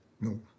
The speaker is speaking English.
no